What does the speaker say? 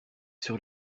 sur